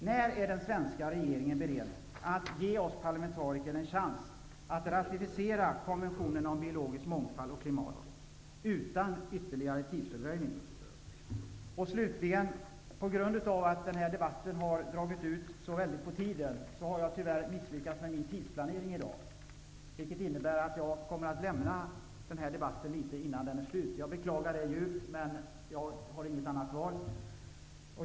När är den svenska regeringen beredd att ge oss parlamentariker en chans att ratificera konventionen om biologisk mångfald och klimat, utan ytterligare tidsfördröjning? På grund av att den här debatten har dragit ut så väldigt på tiden, har jag tyvärr misslyckats med min tidsplanering i dag. Det innebär att jag kommer att lämna debatten litet innan den är slut. Jag beklagar det djupt, men jag har inget annat val.